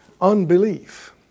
unbelief